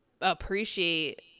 appreciate